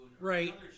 Right